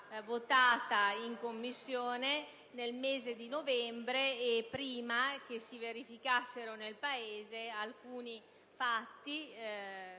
votati in Commissione nel mese di novembre, prima che si verificassero nel Paese alcuni fatti